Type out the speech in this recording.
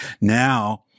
now